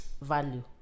value